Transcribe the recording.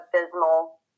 abysmal